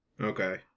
Okay